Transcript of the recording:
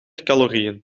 calorieën